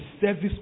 service